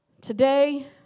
Today